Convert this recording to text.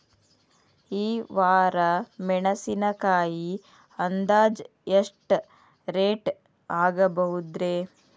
ಈ ವಾರ ಮೆಣಸಿನಕಾಯಿ ಅಂದಾಜ್ ಎಷ್ಟ ರೇಟ್ ಆಗಬಹುದ್ರೇ?